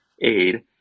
aid